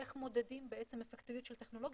איך מודדים בעצם אפקטיביות של טכנולוגיה,